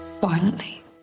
Violently